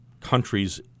countries